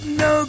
no